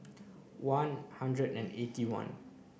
one hundred and eighty one